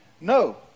no